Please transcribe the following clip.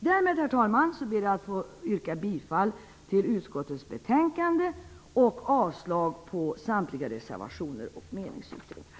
Därmed, herr talman, ber jag att få yrka bifall till hemställan i utskottets betänkande och avslag på samtliga reservationer och meningsyttringar.